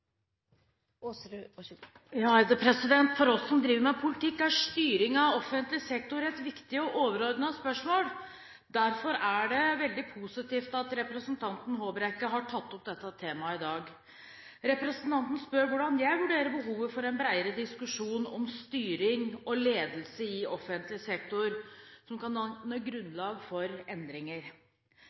av offentlig sektor et viktig og overordnet spørsmål. Derfor er det veldig positivt at representanten Håbrekke har tatt opp dette temaet i dag. Representanten spør hvordan jeg vurderer behovet for en bredere diskusjon om styring og ledelse i offentlig sektor som kan danne grunnlag for endringer.